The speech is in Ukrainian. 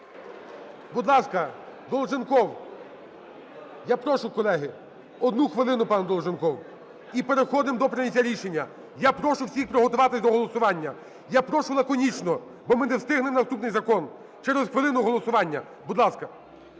Будь ласка, Долженков. Я прошу, колеги. Одну хвилину, пане Долженков. І переходимо до прийняття рішення. Я прошу всіх приготуватися до голосування. Я прошу лаконічно, бо ми не встигнемо наступний закон, через хвилину голосування. Будь ласка.